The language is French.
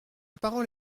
parole